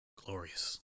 glorious